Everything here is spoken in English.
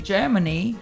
Germany